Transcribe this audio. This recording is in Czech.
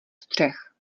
střech